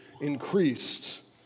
increased